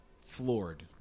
floored